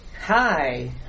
hi